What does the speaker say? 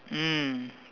mm